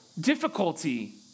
difficulty